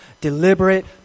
deliberate